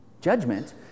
judgment